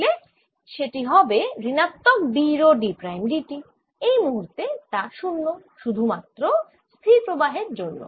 নইলে সেটি হবে ঋণাত্মক d রো r প্রাইম d t এই মুহূর্তে তা 0 শুধু মাত্র স্থির প্রবাহের জন্য